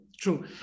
true